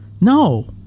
No